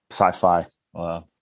sci-fi